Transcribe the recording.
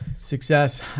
Success